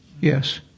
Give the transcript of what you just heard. Yes